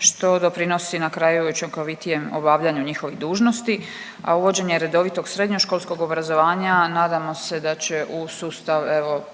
što doprinosi na kraju i učinkovitijem obavljanju njihovih dužnosti, a uvođenje redovitog srednjoškolskog obrazovanja nadamo se da će u sustav